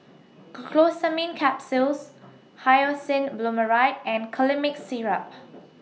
Glucosamine Capsules Hyoscine Butylbromide and Colimix Syrup